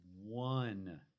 one